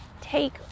Take